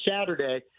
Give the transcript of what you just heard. Saturday